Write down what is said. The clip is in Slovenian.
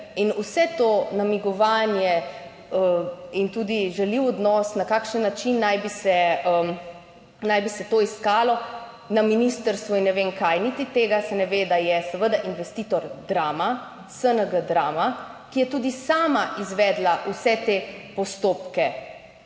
In vse to namigovanje, in tudi žaljiv odnos na kakšen način naj bi se to iskalo na ministrstvu in ne vem kaj, niti tega se ne ve, da je seveda investitor Drama, SNG Drama, ki je tudi sama izvedla vse te postopke